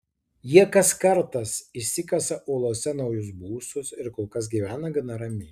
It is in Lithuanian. jie kas kartas išsikasa uolose naujus būstus ir kol kas gyvena gana ramiai